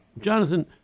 Jonathan